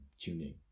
tuning